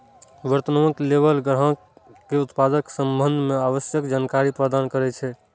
वर्णनात्मक लेबल ग्राहक कें उत्पादक संबंध मे आवश्यक जानकारी प्रदान करै छै